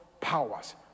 powers